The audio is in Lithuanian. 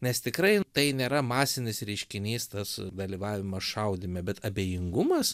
nes tikrai tai nėra masinis reiškinys tas dalyvavimas šaudyme bet abejingumas